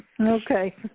Okay